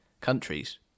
countries